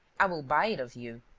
i will buy it of you.